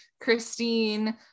Christine